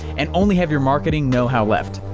and only have your marketing know how left.